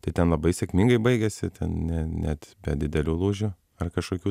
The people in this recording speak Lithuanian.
tai ten labai sėkmingai baigėsi ne net be didelių lūžių ar kažkokių